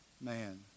man